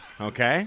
Okay